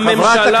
היא ממשיכה.